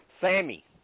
Sammy